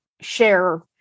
share